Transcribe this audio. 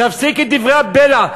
תפסיק את דברי הבלע.